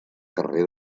carrer